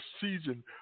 season